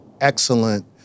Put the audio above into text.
excellent